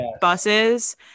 buses